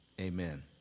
Amen